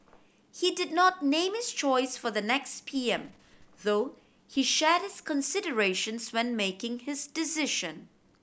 he did not name his choice for the next P M though he shared his considerations when making his decision